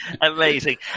Amazing